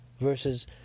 versus